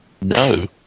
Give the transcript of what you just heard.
No